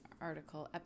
article